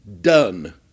done